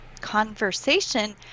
conversation